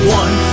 one